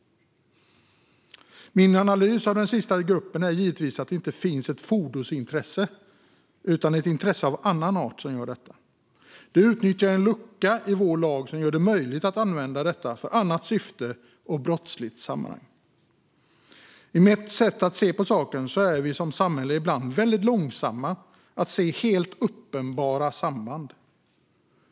Min analys av den sista gruppen är givetvis att det inte finns ett fordonsintresse utan ett intresse av annan art. De utnyttjar en lucka i vår lag som gör det möjligt att använda detta för annat syfte och brottsliga sammanhang. Enligt mitt sätt att se på saken är vi som samhälle ibland väldigt långsamma att se helt uppenbara samband.